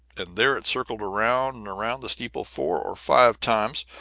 and there it circled round and round the steeple four or five times,